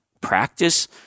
practice